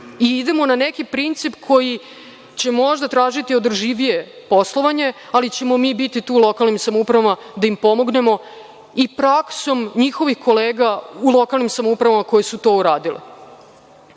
Idemo na neki princip koji će možda tražiti održivije poslovanje, ali ćemo biti u lokalnim samoupravama da im pomognemo i praksom njihovih kolega u lokalnim samoupravama koje su to uradile. Dakle,